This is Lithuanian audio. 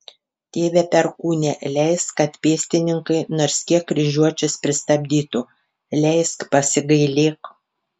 tėve perkūne leisk kad pėstininkai nors kiek kryžiuočius pristabdytų leisk pasigailėk